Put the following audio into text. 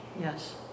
Yes